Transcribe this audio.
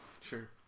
Sure